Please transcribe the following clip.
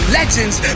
legends